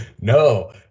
No